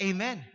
Amen